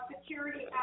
security